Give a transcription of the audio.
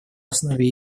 основе